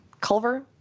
Culver